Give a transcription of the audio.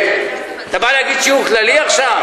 אתה בא להגיד שיעור כללי עכשיו?